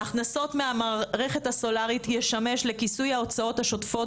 ההכנסות מהמערכת הסולרית ישמשו לכיסוי ההוצאות השוטפות